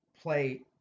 play